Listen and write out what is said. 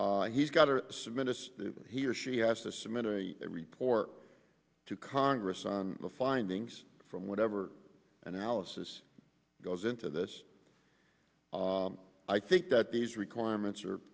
s he's got to submit us he or she has to submit a report to congress on the findings from whatever analysis goes into this i think that these requirements are